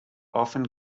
often